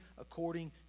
according